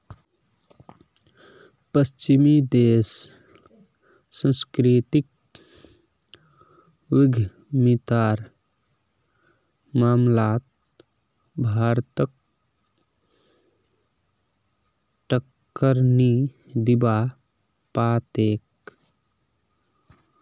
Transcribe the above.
पश्चिमी देश सांस्कृतिक उद्यमितार मामलात भारतक टक्कर नी दीबा पा तेक